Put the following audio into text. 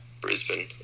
Brisbane